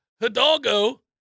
Hidalgo